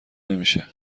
نمیشه